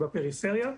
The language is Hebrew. בפריפריה.